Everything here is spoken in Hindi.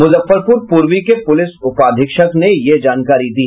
मुजफ्फरपुर पूर्वी के पुलिस उपाधीक्षक ने यह जानकारी दी